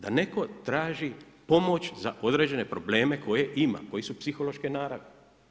Da netko traži pomoć za određene probleme koje ima, koji su psihološke naravi.